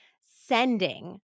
sending